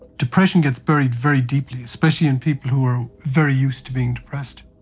depression gets buried very deeply, especially in people who are very used to being depressed.